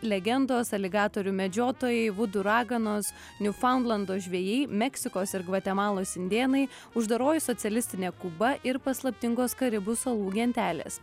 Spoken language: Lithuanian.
legendos aligatorių medžiotojai vudu raganos niufaundlendo žvejai meksikos ir gvatemalos indėnai uždaroji socialistinė kuba ir paslaptingos karibų salų gentelės